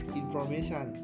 information